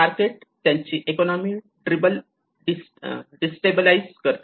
market त्यांची economy ड्रिबल destabilise करते